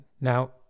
Now